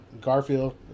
garfield